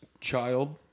child